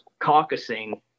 caucusing